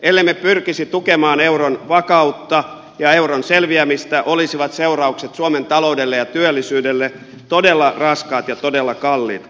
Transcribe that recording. ellemme pyrkisi tukemaan euron vakautta ja euron selviämistä olisivat seuraukset suomen taloudelle ja työllisyydelle todella raskaat ja todella kalliit